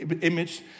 image